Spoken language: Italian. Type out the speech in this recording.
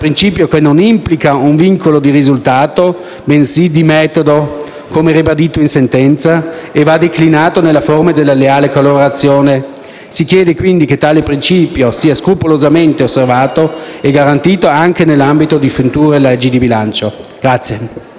principio che «non implica un vincolo di risultato, bensì di metodo», come ribadito in sentenza e va declinato nella forma della leale collaborazione. Si chiede quindi che tale principio sia scrupolosamente osservato e garantito anche nell'ambito di future leggi di bilancio.